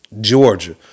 Georgia